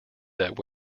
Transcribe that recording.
that